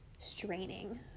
Straining